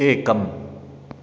एकम्